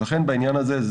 לכן בעניין הזה,